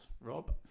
Rob